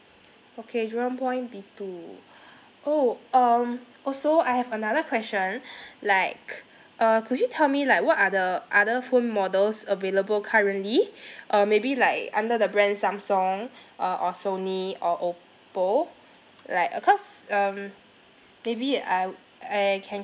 okay jurong point B two oh um also I have another question like uh could you tell me like what are the other phone models available currently uh maybe like under the brand samsung uh or sony or oppo like uh cause um maybe I I can